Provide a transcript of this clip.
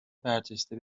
برجسته